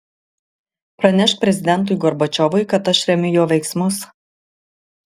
pranešk prezidentui gorbačiovui kad aš remiu jo veiksmus